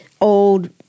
old